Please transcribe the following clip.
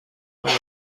امانت